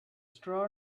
straw